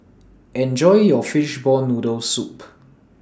Enjoy your Fishball Noodle Soup